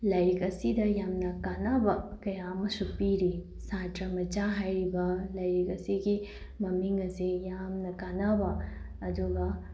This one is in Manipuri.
ꯂꯥꯏꯔꯤꯛ ꯑꯁꯤꯗ ꯌꯥꯝꯅ ꯀꯥꯟꯅꯕ ꯀꯌꯥ ꯑꯃꯁꯨ ꯄꯤꯔꯤ ꯁꯥꯇ꯭ꯔ ꯃꯆꯥ ꯍꯥꯏꯔꯤꯕ ꯂꯥꯏꯔꯤꯛ ꯑꯁꯤꯒꯤ ꯃꯃꯤꯡ ꯑꯁꯤ ꯌꯥꯝꯅ ꯀꯥꯟꯅꯕ ꯑꯗꯨꯒ